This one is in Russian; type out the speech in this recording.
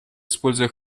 используя